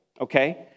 okay